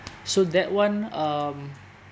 so that one um